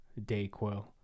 Dayquil